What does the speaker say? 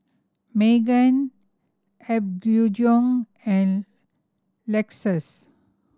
Megan Apgujeong and Lexus